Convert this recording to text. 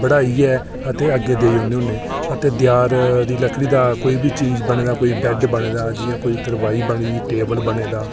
बड़ाइयै ते अग्गें देई ओड़ने होने ते देआर दी लकड़ी दा कोई बी चीज़ बने दा बेड बने दा कोई तरपाई बनी दी टेबल बने दा